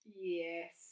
Yes